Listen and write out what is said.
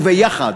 וביחד